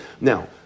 Now